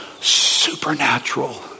supernatural